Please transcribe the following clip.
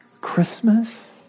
Christmas